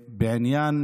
לכולם.